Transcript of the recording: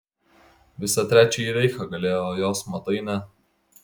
visą trečiąjį reichą galėjo o jos matai ne